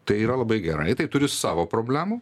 tai yra labai gerai tai turi savo problemų